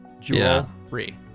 Jewelry